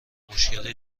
مشکلی